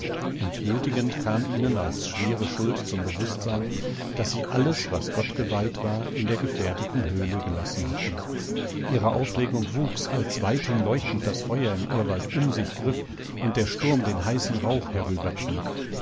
entmutigend kam ihnen als schwere schuld zum bewußtsein daß sie alles was gott geweiht war in der gefährdeten höhle gelassen hatten ihre aufregung wuchs als weithin leuchtend das feuer im urwald um sich griff und der sturm den heißen rauch